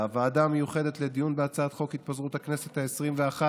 הוועדה: הוועדה המיוחדת לדיון בהצעת חוק התפזרות הכנסת העשרים-ואחת,